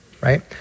right